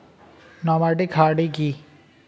Nomadic হার্ডি কি?